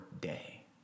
day